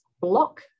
block